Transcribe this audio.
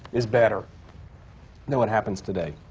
is better than what happens today,